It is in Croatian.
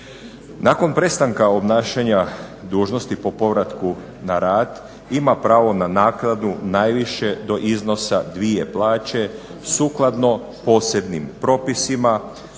Nakon prestanka obnašanja dužnosti po povratku na rad ima pravo na naknadu najviše do iznosa dvije plaće sukladno posebnim propisima